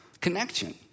connection